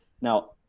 Now